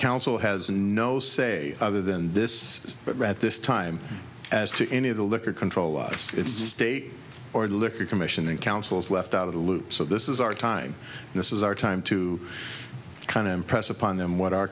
council has no say other than this but right this time as to any of the liquor control its state or the liquor commission and councils left out of the loop so this is our time this is our time to kind of impress upon them what our